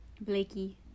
Blakey